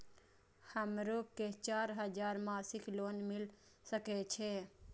हमरो के चार हजार मासिक लोन मिल सके छे?